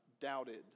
doubted